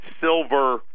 Silver